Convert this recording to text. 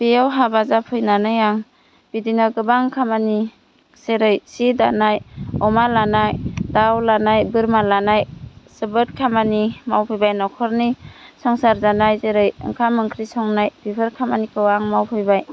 बेयाव हाबा जाफैनानै आं बिदिनो गोबां खामानि जेरै जि दानाय अमा लानाय दाउ लानाय बोरमा लानाय जोबोद खामानि मावफैबाय न'खरनि संसार जानाय जेरै ओंखाम ओंख्रि संनाय बेफोर खामानिखौ आं मावफैबाय